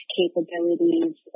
capabilities